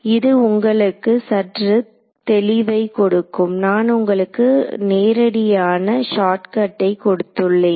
இது உங்களுக்கு சற்று தெளிவைக் கொடுக்கும் நான் உங்களுக்கு நேரடியான ஷார்ட்கட்டை கொடுத்துள்ளேன்